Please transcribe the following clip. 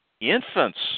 infants